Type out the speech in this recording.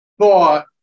thought